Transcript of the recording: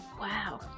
Wow